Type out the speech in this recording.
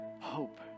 hope